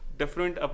different